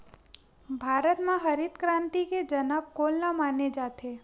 भारत मा हरित क्रांति के जनक कोन ला माने जाथे?